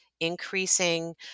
Increasing